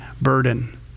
burden